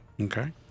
Okay